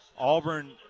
Auburn